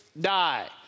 die